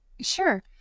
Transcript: Sure